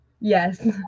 Yes